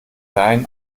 deinen